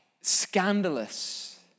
scandalous